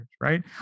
right